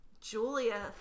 Julia